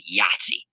Yahtzee